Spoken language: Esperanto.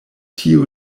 tiu